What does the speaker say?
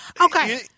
Okay